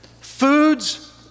Food's